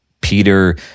Peter